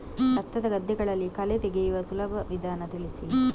ಭತ್ತದ ಗದ್ದೆಗಳಲ್ಲಿ ಕಳೆ ತೆಗೆಯುವ ಸುಲಭ ವಿಧಾನ ತಿಳಿಸಿ?